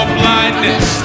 blindness